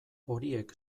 horiek